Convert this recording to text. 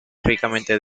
ricamente